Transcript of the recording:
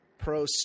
pro